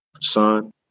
son